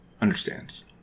understands